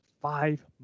five